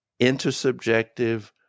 intersubjective